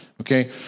Okay